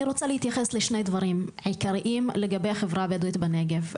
אני רוצה להתייחס לשני דברים עיקריים לגבי החברה הבדואית בנגב.